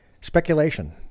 speculation